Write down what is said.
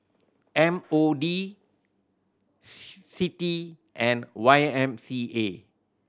M O D C D and Y M C A